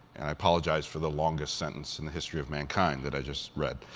and i apologize for the longest sentence in the history of mankind that i just read.